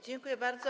Dziękuję bardzo.